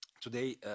Today